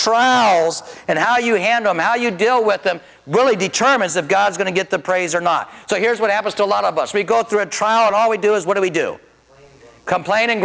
trials and how you handle me how you deal with them really determines that god's going to get the praise or not so here's what happens to a lot of us we go through a trial and all we do is what do we do complaining